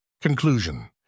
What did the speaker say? Conclusion